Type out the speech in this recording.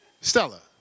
Stella